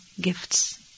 gifts